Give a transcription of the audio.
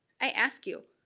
i ask you,